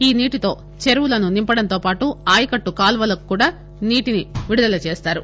ఈ నీటితో చెరువులను నింపడంతోపాటు ఆయకట్టు కాలువలకు కూడా నీటిని విడుదల చేస్తారు